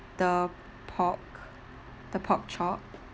the pork the pork chop